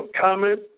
comment